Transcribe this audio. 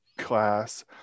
class